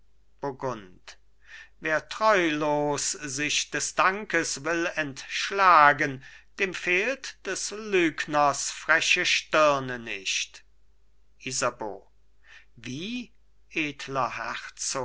wer treulos sich des dankes will entschlagen dem fehlt des lügners freche stirne nicht isabeau wie edler